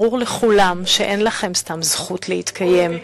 ברור לכולם שאין לכם סתם זכות להתקיים,